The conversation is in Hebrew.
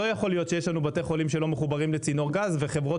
לא יכול להיות שיש בתי חולים שלא מחוברים לצינור גז וחברות